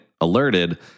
alerted